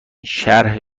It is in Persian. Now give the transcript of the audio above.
شرح